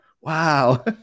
Wow